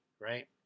right